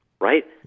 Right